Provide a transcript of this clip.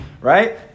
Right